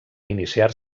iniciar